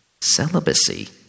celibacy